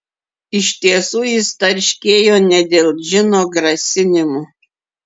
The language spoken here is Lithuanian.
iš tiesų jis tarškėjo ne dėl džino grasinimų